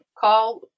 call